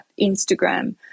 Instagram